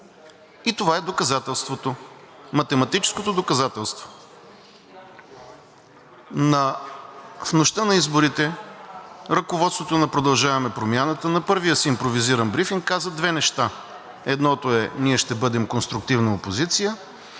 И това е доказателството. Математическото доказателство. В нощта на изборите ръководството на „Продължаваме Промяната“ на първия си импровизиран брифинг каза две неща. Едното е – ние ще бъдем конструктивна опозиция.